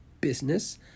business